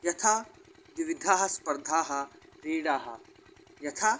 यथा द्विविधाः स्पर्धाः क्रीडाः यथा